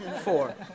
Four